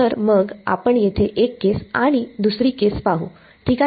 तर मग आपण येथे एक केस आणि दुसरी केस पाहू ठीक आहे